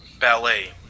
ballet